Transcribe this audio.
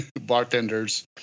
Bartenders